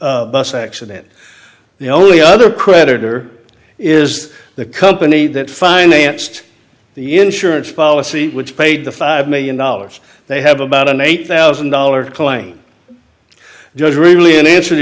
bus accident the only other creditor is the company that financed the insurance policy which paid the five million dollars they have about an eight thousand dollars claim there's really an answer to